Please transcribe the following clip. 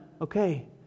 okay